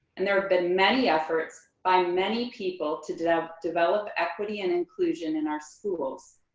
and there have been many efforts by many people to develop develop equity and inclusion in our schools.